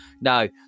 No